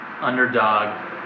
underdog